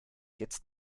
jetzt